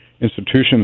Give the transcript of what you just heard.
institutions